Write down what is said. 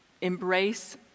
embrace